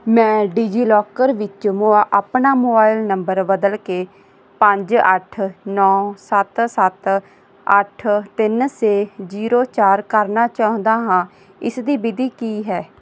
ਮੈਂ ਡਿਜੀਲੌਕਰ ਵਿੱਚ ਮੋ ਆਪਣਾ ਮੋਬਾਈਲ ਨੰਬਰ ਬਦਲ ਕੇ ਪੰਜ ਅੱਠ ਨੌਂ ਸੱਤ ਸੱਤ ਅੱਠ ਤਿੰਨ ਛੇ ਜ਼ੀਰੋ ਚਾਰ ਕਰਨਾ ਚਾਹੁੰਦਾ ਹਾਂ ਇਸ ਦੀ ਵਿਧੀ ਕੀ ਹੈ